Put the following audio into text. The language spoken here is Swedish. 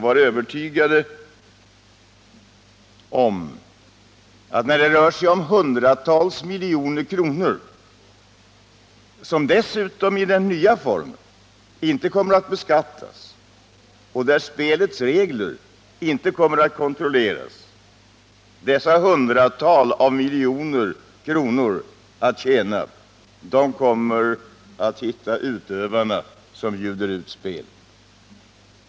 Var övertygade om att när det rör sig om hundratals miljoner kronor, som dessutom i den nya spelformen inte kommer att beskattas och där spelets regler inte kommer att kontrolleras, så kommer det att dyka upp personer som bjuder ut till spel.